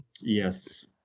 Yes